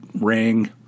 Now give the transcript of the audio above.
ring